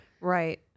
Right